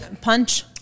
punch